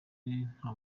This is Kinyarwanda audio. nta